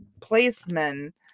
placement